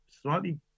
slightly